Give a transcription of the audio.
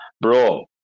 Bro